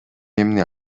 эмне